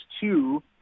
two